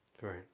Right